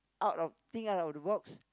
out of think out of the box